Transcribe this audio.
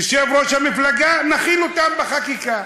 יושב-ראש המפלגה, נכיל אותן בחקיקה.